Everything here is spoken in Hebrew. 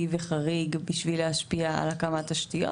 וחריג באופן שיכול להשפיע על הקמת תשתיות,